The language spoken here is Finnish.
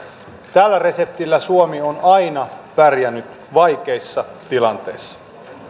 tällä reseptillä suomi on aina pärjännyt vaikeissa tilanteissa nyt